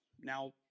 now